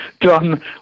done